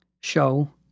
show